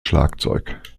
schlagzeug